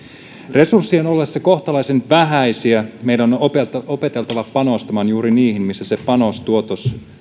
resurssien ollessa kohtalaisen vähäisiä meidän on opeteltava opeteltava panostamaan juuri niihin missä se panos tuotos